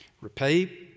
Repay